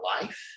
life